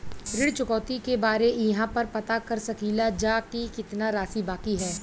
ऋण चुकौती के बारे इहाँ पर पता कर सकीला जा कि कितना राशि बाकी हैं?